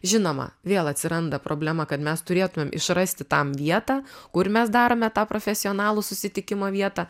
žinoma vėl atsiranda problema kad mes turėtumėm išrasti tam vietą kur mes darome tą profesionalų susitikimo vietą